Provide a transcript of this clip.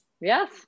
Yes